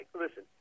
Listen